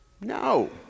No